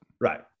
Right